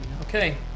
okay